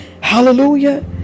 Hallelujah